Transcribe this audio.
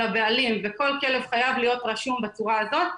הבעלים וכל כלב חייב להיות רשום בצורה הזאת,